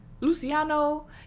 Luciano